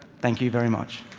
thank you very much.